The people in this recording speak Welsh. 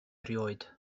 erioed